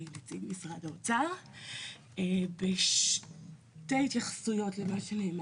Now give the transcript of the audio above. נציג משרד האוצר בשתי התייחסויות למה שנאמר.